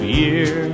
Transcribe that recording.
year